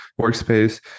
workspace